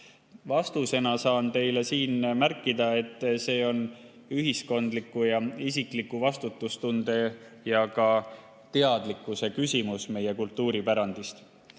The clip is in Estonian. Vastusena saan teile siin märkida, et see on ühiskondliku ja isikliku vastutustunde ja ka meie kultuuripärandist